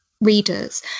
readers